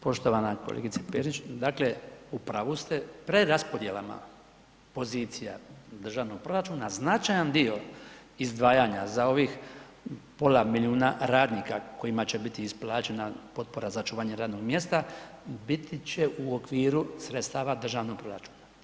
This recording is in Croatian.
Poštovana kolegice Perić, dakle, u pravu ste, preraspodjelama pozicija državnog proračuna, značajan dio izdvajanja za ovih pola milijuna radnika kojima će biti isplaćena potpora za čuvanje radnog mjesta, biti će u okviru sredstava državnog proračuna.